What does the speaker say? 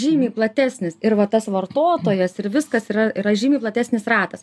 žymiai platesnis ir va tas vartotojas ir viskas yra yra žymiai platesnis ratas